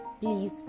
please